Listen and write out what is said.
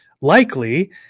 likely